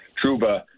Truba